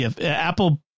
Apple